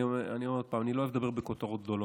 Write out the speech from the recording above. אני אומר עוד פעם: אני לא אוהב לדבר בכותרות גדולות.